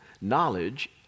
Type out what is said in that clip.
Knowledge